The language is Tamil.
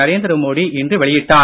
நரேந்திர மோடி இன்று வெளியிட்டார்